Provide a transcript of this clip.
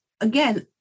Again